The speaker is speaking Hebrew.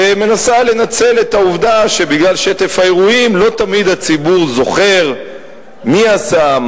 מנסה לנצל את העובדה שבגלל שטף האירועים לא תמיד הציבור זוכר מי עשה,